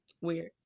weird